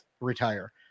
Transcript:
retire